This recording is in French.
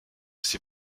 ses